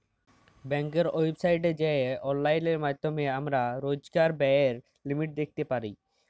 ব্যাংকের ওয়েবসাইটে যাঁয়ে অললাইল মাইধ্যমে আমরা রইজকার ব্যায়ের লিমিট দ্যাইখতে পারি